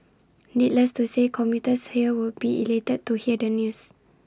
needless to say commuters here will be elated to hear the news